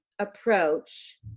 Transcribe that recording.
approach